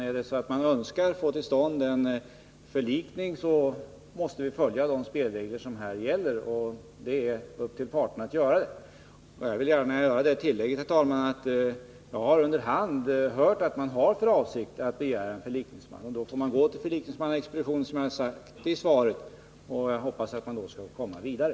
Om man önskar få till stånd en förlikning, måste parterna följa de spelregler som gäller. Jag vill gärna göra det tillägget, herr talman, att jag under hand har hört att man har för avsikt att begära en förlikningsman. Då får man, som jag sagt i svaret, vända sig till förlikningsmannaexpeditionen. Jag hoppas att man på det sättet skall kunna komma vidare.